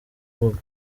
rubuga